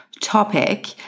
topic